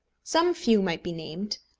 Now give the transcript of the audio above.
some few might be named,